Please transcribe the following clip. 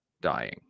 dying